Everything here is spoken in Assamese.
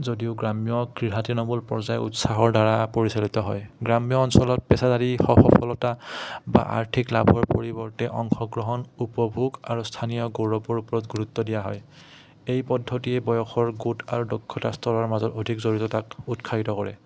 যদিও গ্ৰাম্য ক্ৰীড়া তৃণামূল পৰ্যায় উৎসাহৰ দ্বাৰা পৰিচালিত হয় গ্ৰাম্য অঞ্চলত পেচাদাৰী স সফলতা বা আৰ্থিক লাভৰ পৰিৱৰ্তে অংশগ্ৰহণ উপভোগ আৰু স্থানীয় গৌৰৱৰ ওপৰত গুৰুত্ব দিয়া হয় এই পদ্ধতিয়ে বয়সৰ গোট আৰু দক্ষতা স্তৰৰ মাজত অধিক জড়িততাক উৎসাহিত কৰে